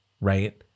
right